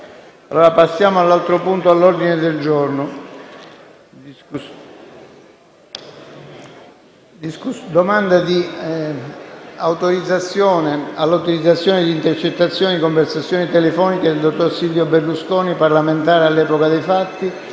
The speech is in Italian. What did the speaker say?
reca la discussione del documento: «Domanda di autorizzazione all'utilizzazione di intercettazioni di conversazioni telefoniche del dottor Silvio Berlusconi, parlamentare all'epoca dei fatti,